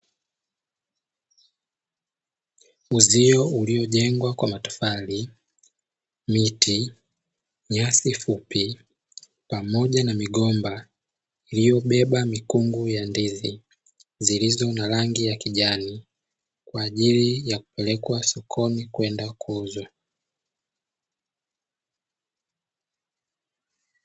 Uzio uliojengwa ka matofali, miti, nyasi fupi; pamoja na migomba iliyobeba mikungu ya ndizi zilizo na rangi ya kijani kwa ajili ya kupelekwa sokoni kwenda kuuzwa.